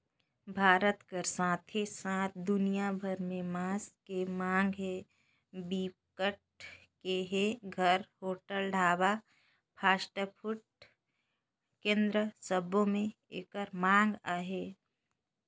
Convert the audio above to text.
भारत कर साथे साथ दुनिया भर में मांस के मांग ह बिकट के हे, घर, होटल, ढाबा, फास्टफूड केन्द्र सबो में एकर मांग अहे